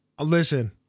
Listen